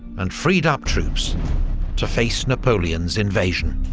and freed up troops to face napoleon's invasion.